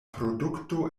produkto